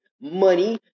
money